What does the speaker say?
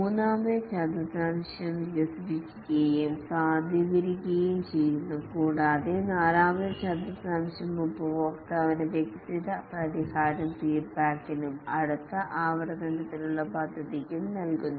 മൂന്നാമത്തെ ചതുർതാംശ്യം വികസിപ്പിക്കുകയും സാധൂകരിക്കുകയും ചെയ്യുന്നു കൂടാതെ നാലാമത്തെ ചതുർതാംശ്യം ഉപഭോക്താവിന് വികസിത പരിഹാരം ഫീഡ്ബാക്കിനും അടുത്ത ആവർത്തനത്തിനുള്ള പദ്ധതിക്കും നൽകുന്നു